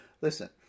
listen